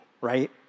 right